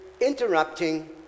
interrupting